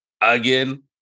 again